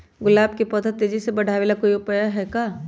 गुलाब के पौधा के तेजी से बढ़ावे ला कोई उपाये बताउ?